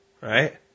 right